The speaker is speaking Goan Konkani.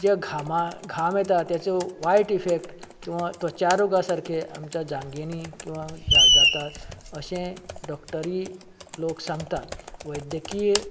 जे घामळ घाम येता त्याचो वायट इफेक्ट किंवा त्वचा रोगा सारकें आमच्या जांगेनी किंवा जातात अशें डॉक्टरीय लोक सांगतात वैद्दकीय